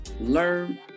learn